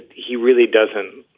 he really doesn't.